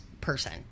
person